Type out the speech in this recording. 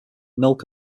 milk